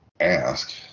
ask